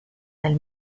del